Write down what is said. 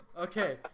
Okay